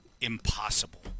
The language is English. impossible